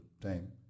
time